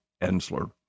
Ensler